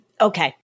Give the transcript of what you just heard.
Okay